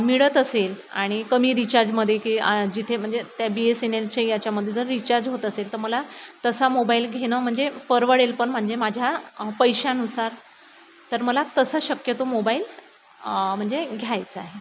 मिळत असेल आणि कमी रिचार्जमध्ये की जिथे म्हणजे त्या बी एस एन एलच्या याच्यामध्ये जर रिचार्ज होत असेल तर मला तसा मोबाइल घेणं म्हणजे परवडेल पण म्हणजे माझ्या पैशानुसार तर मला तसा शक्यतो मोबाइल म्हणजे घ्यायचा आहे